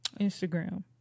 Instagram